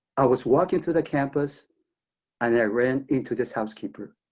i was walking through the campus and i ran into this housekeeper.